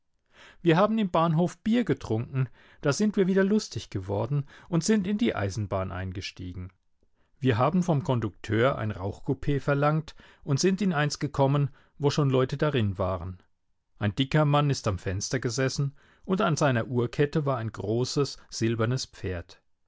wir haben im bahnhof bier getrunken da sind wir wieder lustig geworden und sind in die eisenbahn eingestiegen wir haben vom kondukteur ein rauchcoupe verlangt und sind in eins gekommen wo schon leute darin waren ein dicker mann ist am fenster gesessen und an seiner uhrkette war ein großes silbernes pferd